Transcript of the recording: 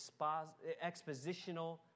expositional